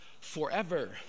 forever